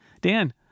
Dan